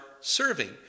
serving